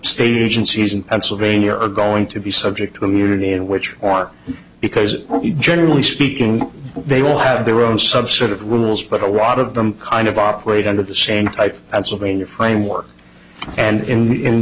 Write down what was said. state agencies in pennsylvania are going to be subject to immunity and which are because he generally speaking they all have their own subset of rules but a lot of them kind of operate under the same type of sylvania framework and in